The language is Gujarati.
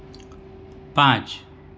પાંચ